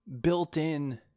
built-in